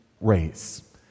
race